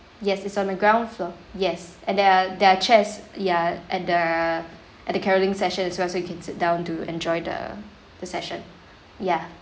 yes it's on the ground floor yes and there are there are chairs ya at the at the carolling session as well so you can sit down to enjoy the the session ya